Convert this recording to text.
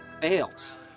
fails